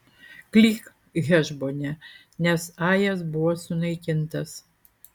klyk hešbone nes ajas buvo sunaikintas